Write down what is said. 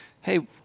hey